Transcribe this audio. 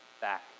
back